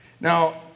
Now